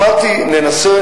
אמרתי: הנשים,